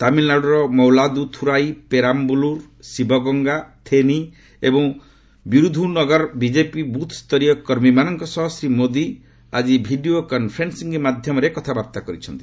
ତାମିଲନାଡ଼ର ମୈଲାଦୃଥ୍ୱରାଇ ପେରାମ୍ବାଲ୍ତର୍ ଶିବଗଙ୍ଗା ଥେନି ଏବଂ ଭିରୁଧୁନଗରର ବିଜେପିର ବୁଥସ୍ତରୀୟ କର୍ମୀମାନଙ୍କ ସହ ଶ୍ରୀ ମୋଦି ଆକିଭିଡିଓ କନଫରେନ୍ସି ମାଧ୍ୟମରେ କଥାବାର୍ତ୍ତା କରିଛନ୍ତି